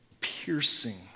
piercing